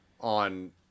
on